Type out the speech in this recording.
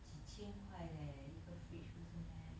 几千块 leh 一个 fridge 不是 meh